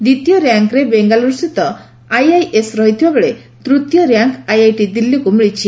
ଦିତୀୟ ର୍ୟାକିଙ୍ଙ୍ରେ ବେଙ୍ଗାଲୁରୁ ସ୍ଥିତ ଆଇଆଇଏସ୍ ରହିଥିବାବେଳେ ତୂତୀୟ ର୍ୟାଙ୍ଙ୍ ଆଇଆଇଟି ଦିଲ୍ଲୀକୁ ମିଳିଛି